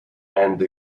and